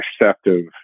receptive